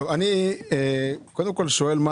אני שואל מה